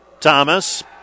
Thomas